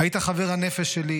"היית חבר הנפש שלי,